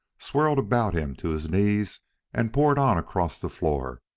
swirled about him to his knees and poured on across the floor,